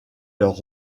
leur